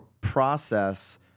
process